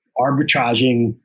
arbitraging